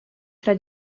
tra